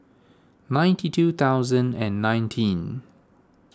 ninety two thousand and nineteen